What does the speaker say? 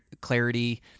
clarity